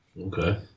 Okay